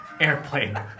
airplane